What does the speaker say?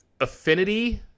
affinity